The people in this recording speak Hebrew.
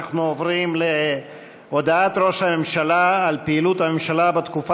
אנחנו עוברים להודעת ראש הממשלה על פעילות הממשלה בתקופה